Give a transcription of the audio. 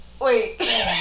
Wait